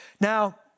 Now